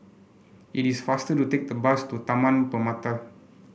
it is faster to take the bus to Taman Permata